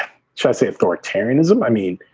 so say authoritarianism. i mean,